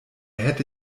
hätte